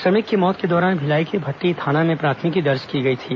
श्रमिक की मौत के दौरान भिलाई के भट्टी थाना में प्राथमिकी दर्ज की गई थी